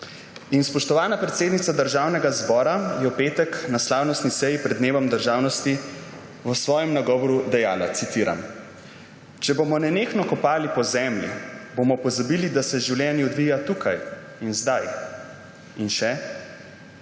Spoštovana predsednica Državnega zbora je v petek na slavnostni seji pred dnevom državnosti v svojem nagovoru dejala, citiram: »Če bomo nenehno kopali po zemlji, bomo pozabili, da se življenje odvija tukaj in zdaj.« In še: